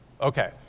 Okay